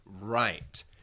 Right